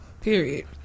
Period